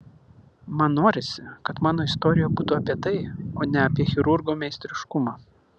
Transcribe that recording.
man norisi kad mano istorija būtų apie tai o ne apie chirurgo meistriškumą